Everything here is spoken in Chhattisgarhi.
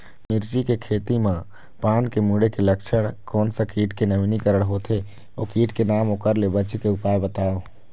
मिर्ची के खेती मा पान के मुड़े के लक्षण कोन सा कीट के नवीनीकरण होथे ओ कीट के नाम ओकर ले बचे के उपाय बताओ?